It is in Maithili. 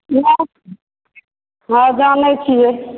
नहि हँ जानैत छियै